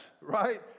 right